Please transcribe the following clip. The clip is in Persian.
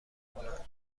کنند